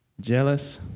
Jealous